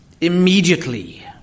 Immediately